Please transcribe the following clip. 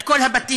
את כל הבתים,